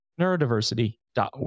neurodiversity.org